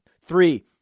Three